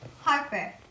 Harper